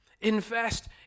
Invest